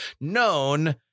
known